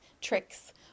tricks